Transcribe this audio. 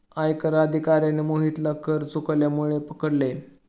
आयकर अधिकाऱ्याने मोहितला कर चुकवल्यामुळे पकडले